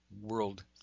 world